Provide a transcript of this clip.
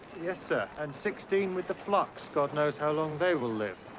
yes, sir. and sixteen with the flux god knows how long they will live.